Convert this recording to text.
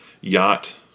Yacht